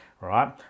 right